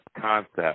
concept